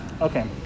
Okay